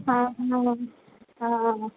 हां हां हां हां